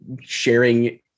sharing